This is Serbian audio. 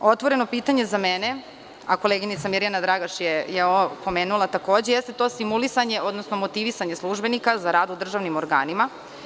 Otvoreno pitanje za mene, a koleginica Mirjana Dragaš je ovo pomenula takođe, jeste to stimulisanje odnosno motivisanje službenika za rad u državnim ogranima.